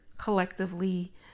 collectively